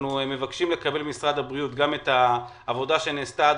אנחנו מבקשים לקבל ממשרד הבריאות את העבודה שנעשתה עד